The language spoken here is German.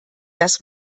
das